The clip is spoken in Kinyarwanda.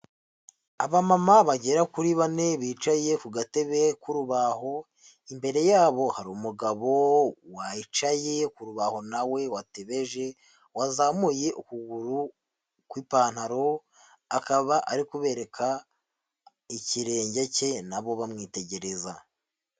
Abamama bagera kuri bane bicaye ku gatebe k'urubaho, imbere yabo hari umugabo wicaye ku rubaho nawe watebeje wazamuye ukuguru kw'ipantaro, akaba ari kubereka ikirenge cye nabo bamwitegereza.